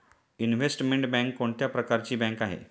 Investment bank कोणत्या प्रकारची bank आहे?